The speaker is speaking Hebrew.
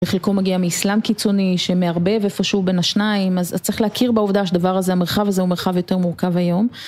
וחלקו מגיע מאיסלאם קיצוני שמערבב איפשהו בין השניים אז צריך להכיר בעובדה שדבר הזה המרחב הזה הוא מרחב יותר מורכב היום